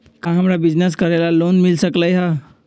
का हमरा के बिजनेस करेला लोन मिल सकलई ह?